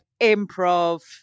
improv